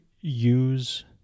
use